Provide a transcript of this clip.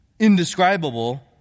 indescribable